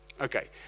Okay